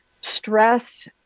stress